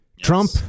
Trump